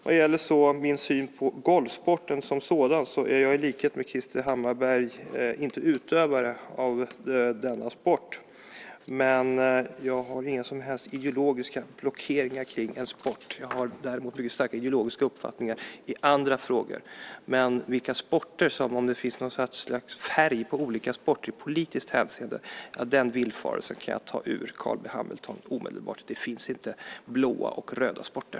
Vad gäller min syn på golfsporten som sådan är jag, i likhet med Krister Hammarbergh, inte utövare av denna sport, men jag har inga som helst ideologiska blockeringar kring en sport. Jag har däremot mycket starka ideologiska uppfattningar i andra frågor. Men att det skulle finnas färg på olika sporter i politiskt hänseende är en villfarelse som jag omedelbart kan ta ur Carl B Hamilton. Det finns inte blå och röda sporter.